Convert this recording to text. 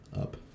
up